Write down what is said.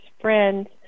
friends